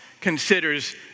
considers